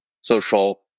social